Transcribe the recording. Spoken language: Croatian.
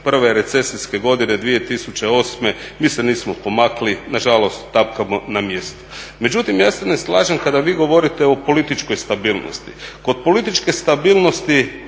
prve recesijske godine 2008. mi se nismo pomaknuli, nažalost tapkamo na mjestu. Međutim, ja se ne slažem kada vi govorite o političkoj stabilnosti. Kod političke stabilnosti